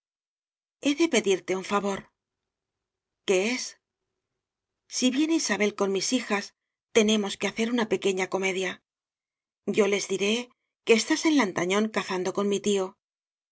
he de pedirte un favor qué es si viene isabel con mis hijas tenemos que hacer una pequeña comedia yo les diré que estás en lantañón cazando con mi tíotú